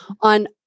on